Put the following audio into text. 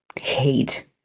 hate